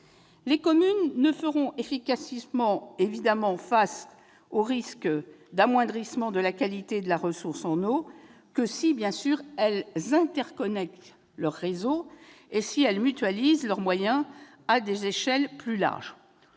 Les communes ne feront efficacement face aux risques d'amoindrissement de la qualité et de la ressource en eau que si elles interconnectent leurs réseaux et si elles mutualisent leurs moyens à des échelles plus larges.